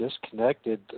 disconnected